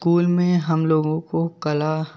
school में हम लोगों को कला